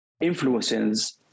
influences